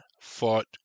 fought